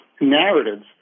narratives